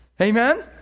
Amen